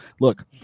look